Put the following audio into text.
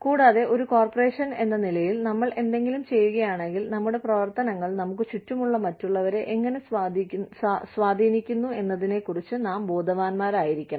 കൂടാതെ ഒരു കോർപ്പറേഷൻ എന്ന നിലയിൽ നമ്മൾ എന്തെങ്കിലും ചെയ്യുകയാണെങ്കിൽ നമ്മുടെ പ്രവർത്തനങ്ങൾ നമുക്ക് ചുറ്റുമുള്ള മറ്റുള്ളവരെ എങ്ങനെ സ്വാധീനിക്കുന്നു എന്നതിനെക്കുറിച്ച് നാം ബോധവാന്മാരായിരിക്കണം